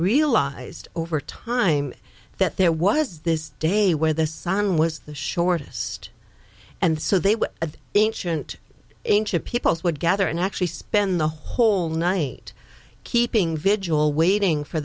realized over time that there was this day where the sun was the shortest and so they would of ancient ancient peoples would gather and actually spend the whole night keeping vigil waiting for